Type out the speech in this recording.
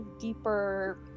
deeper